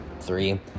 three